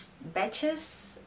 batches